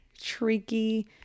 tricky